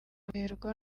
guterwa